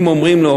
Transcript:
אם אומרים לו: